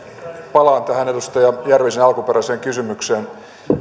palaan tähän edustaja järvisen alkuperäiseen kysymykseen